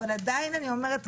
אבל עדיין אני אומרת,